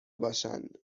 باشند